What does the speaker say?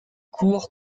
cours